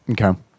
Okay